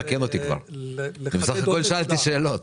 בסך הכול שאלתי שאלות.